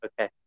Okay